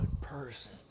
person